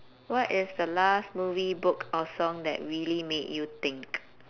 what is the last movie book or song that really made you think